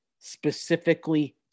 specifically